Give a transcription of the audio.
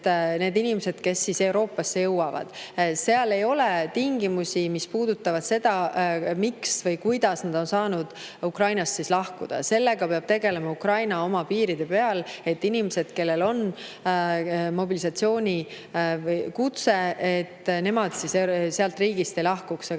nende inimeste puhul, kes Euroopasse jõuavad, ei ole tingimusi, mis puudutavad seda, miks või kuidas nad on saanud Ukrainast lahkuda. Sellega peab tegelema Ukraina oma piiride peal, et inimesed, kellel on mobilisatsioonikutse, riigist ei lahkuks.